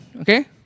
okay